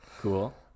Cool